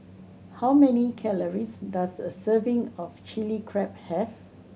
how many calories does a serving of Chilli Crab have